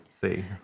see